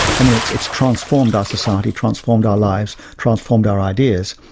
i mean it's it's transformed our society, transformed our lives, transformed our ideas.